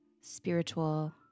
spiritual